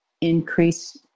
increase